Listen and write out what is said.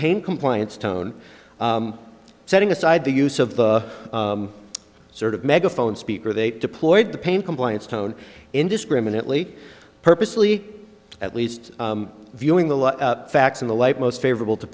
pain compliance tone setting aside the use of the sort of megaphone speaker they deployed the pain compliance tone indiscriminately purposely at least viewing the facts in the light most favorable to